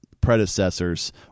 predecessors